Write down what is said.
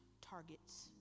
targets